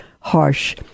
harsh